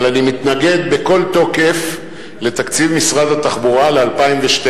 אבל אני מתנגד בכל תוקף לתקציב משרד התחבורה ל-2012.